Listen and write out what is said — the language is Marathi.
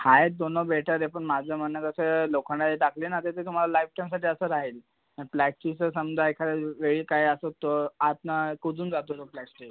आहेत दोनो बेटर आहे पण माझं म्हणणं कसं आहे लोखंडाचे टाकले ना तर ते तुम्हाला लाईफ टाईमसाठी असं राहील प्लॅस्टिकचं समजा एखाद्यावेळी काही असं स आतून कुजून जातो तो प्लॅस्टिक